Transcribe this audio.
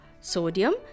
sodium